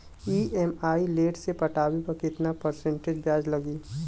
EMI late से पटावे पर कितना परसेंट ब्याज लगी?